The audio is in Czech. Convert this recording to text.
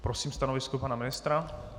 Prosím o stanovisko pana ministra.